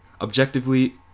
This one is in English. Objectively